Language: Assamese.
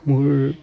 মোৰ